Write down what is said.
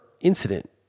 incident